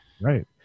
Right